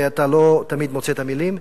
ואתה לא תמיד מוצא את המלים.